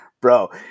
Bro